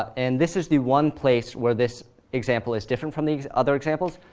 and this is the one place where this example is different from the other examples.